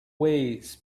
ways